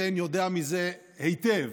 שיין יודע מזה היטב,